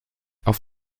auf